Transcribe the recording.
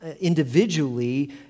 individually